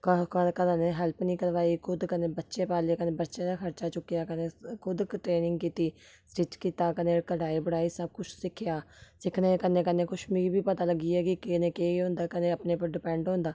कुसै कदें घर आह्ले ने हैल्प निं करवाई खुद कन्नै बच्चे पाले कन्नै बच्चें दा खर्चा चुक्केआ कन्नै खुद ट्रेनिंग कीती स्टिच कीता कन्नै कढाई बढाई सब कुछ सिक्खेआ सिक्खने दे कन्नै कन्नै कुछ मी बी पता लग्गी गेआ कि कन्नै केह् होंदा कन्नै अपने पर डिपैंड होंदा